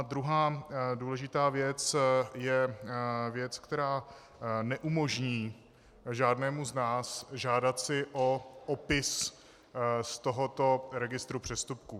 Druhá důležitá věc je věc, která neumožní žádnému z nás žádat si o opis z tohoto registru přestupků.